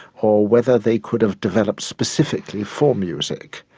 or whether they could have developed specifically for music.